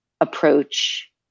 approach